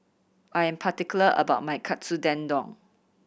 I am particular about my Katsu Tendon